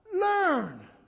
Learn